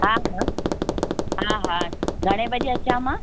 हा हा हा हा घणे बजे अचां मां